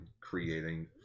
creating